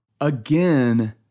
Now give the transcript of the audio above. Again